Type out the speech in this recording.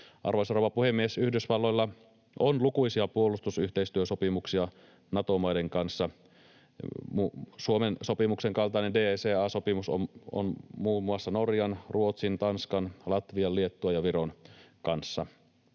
Arvoisa rouva puhemies! Yhdysvalloilla on lukuisia puolustusyhteistyösopimuksia Nato-maiden kanssa. Suomen sopimuksen kaltainen DCA-sopimus on muun muassa Norjan, Ruotsin, Tanskan, Latvian, Liettuan ja Viron kanssa